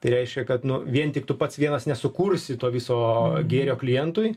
tai reiškia kad nu vien tik tu pats vienas nesukursi to viso gėrio klientui